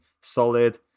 solid